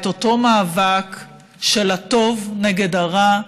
את אותו מאבק של הטוב נגד הרע,